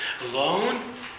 alone